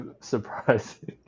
surprising